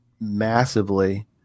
massively